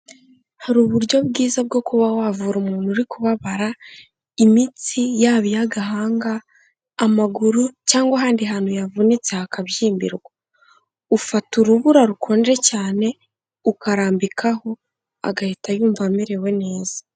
Hari uburyo bwiza bwo kuba wavura umuntu uri kubabara imitsi yaba iy'agahanga, amaguru cyangwa ahandi hantu yavunitse hakabyimbirwa. Ufata urubura rukonje cyane ukarambikaho, agahita yumva amerewe neza.